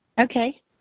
Okay